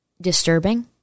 Disturbing